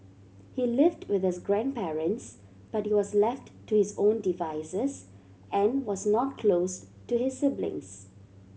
he lived with his grandparents but he was left to his own devices and was not close to his siblings